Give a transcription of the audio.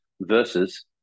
versus